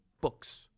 books